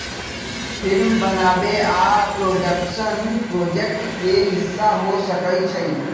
film बनाबे आ production project के हिस्सा हो सकइ छइ